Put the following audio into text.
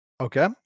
Okay